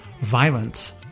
Violence